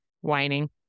Whining